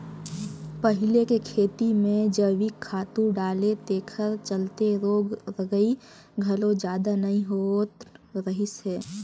पहिले के खेती में जइविक खातू डाले तेखर चलते रोग रगई घलो जादा नइ होत रहिस हे